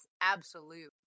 absolute